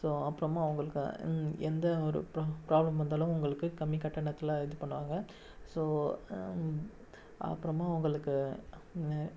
so அப்புறமா அவங்களுக்கு இந் எந்த ஒரு ப்ரா ப்ராப்ளம் வந்தாலும் அவங்களுக்கு கம்மி கட்டணத்தில் இது பண்ணுவாங்க ஸோ அப்புறமா அவங்களுக்கு நே